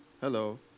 hello